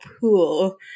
pool